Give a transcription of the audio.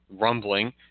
rumbling